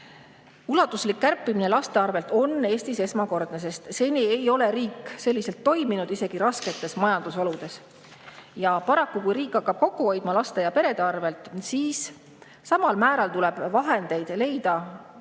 ulatuslik kärpimine laste arvelt on Eestis esmakordne. Seni ei ole riik selliselt toiminud isegi rasketes majandusoludes. Ja paraku, kui riik hakkab kokku hoidma laste ja perede arvelt, siis samal määral tuleb vahendeid asemele